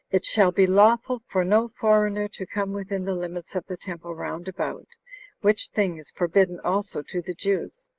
it shall be lawful for no foreigner to come within the limits of the temple round about which thing is forbidden also to the jews,